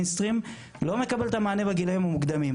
מיינסטרים לא מקבל את המענה בגילאים המוקדמים.